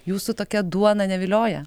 jūsų tokia duona nevilioja